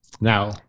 Now